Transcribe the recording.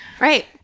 Right